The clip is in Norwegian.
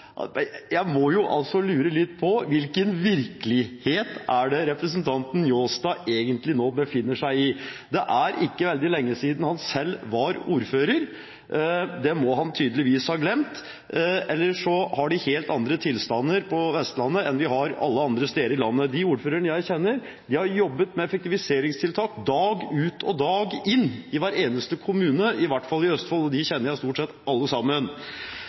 Jeg må lure litt på hvilken virkelighet det er representanten Njåstad egentlig befinner seg i. Det er ikke lenge siden han selv var ordfører. Det må han tydeligvis ha glemt, eller så har de helt andre tilstander på Vestlandet enn vi har alle andre steder i landet. De ordførerne jeg kjenner, har jobbet med effektiviseringstiltak dag ut og dag inn i hver eneste kommune – i hvert fall i Østfold, og de kjenner jeg stort sett alle sammen.